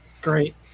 great